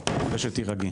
ותירגעי.